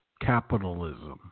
capitalism